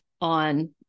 on